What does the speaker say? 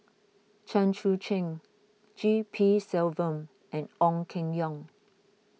Chen Sucheng G P Selvam and Ong Keng Yong